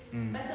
mm